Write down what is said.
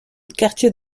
quartier